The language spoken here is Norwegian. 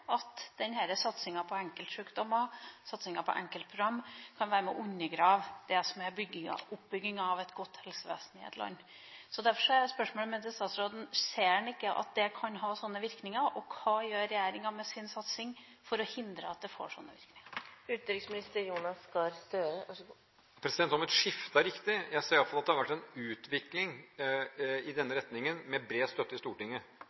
at denne satsinga på enkeltsykdommer – satsing på enkeltprogram – kan være med på å undergrave det som er oppbygginga av et godt helsevesen i et land. Derfor er spørsmålet mitt til statsråden: Ser han ikke at det kan ha sånne virkninger, og hva gjør regjeringa med sin satsing for å hindre at det får sånne virkninger? Om et skifte er riktig? Jeg ser i hvert fall at det har vært en utvikling i denne retningen, med bred støtte i Stortinget.